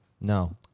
No